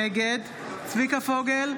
נגד צביקה פוגל,